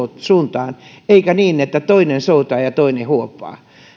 suuntaan eikä niin että toinen soutaa ja ja toinen huopaa